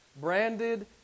branded